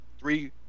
three